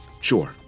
Sure